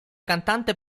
cantante